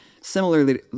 similarly